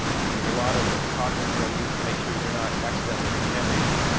there's a lot of precautions they'll use to make sure you're not accidentally contaminating it.